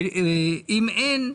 ואם אין,